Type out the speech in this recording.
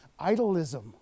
idolism